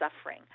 suffering